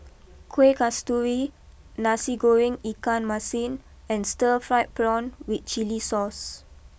Kuih Kasturi Nasi GorengIkan Masin and Stir Fried Prawn with Chili Sauce